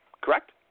Correct